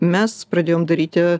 mes pradėjom daryti